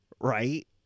right